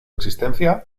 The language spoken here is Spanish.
existencia